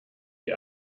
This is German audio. die